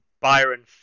byron